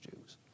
Jews